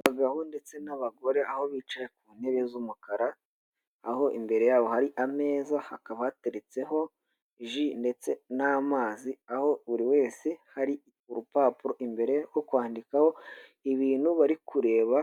Abagabo ndetse n'abagore, aho bicaye ku ntebe z'umukara, aho imbere yabo hari ameza, hakaba hateretseho ji, ndetse n'amazi, aho buri wese, hari urupapuro imbere rwo kwandikaho, ibintu bari kureba